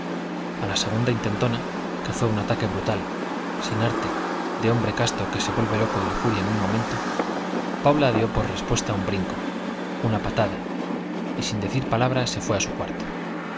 a la segunda intentona que fue un ataque brutal sin arte de hombre casto que se vuelve loco de lujuria en un momento paula dio por respuesta un brinco una patada y sin decir palabra se fue a su cuarto